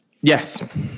Yes